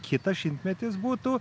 kitas šimtmetis būtų